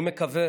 אני מקווה